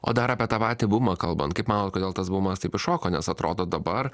o dar apie tą patį bumą kalbant kaip manot kodėl tas bumas taip iššoko nes atrodo dabar